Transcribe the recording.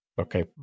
Okay